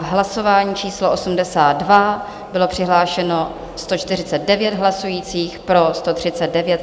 Hlasování číslo 82, bylo přihlášeno 149 hlasujících, pro 139.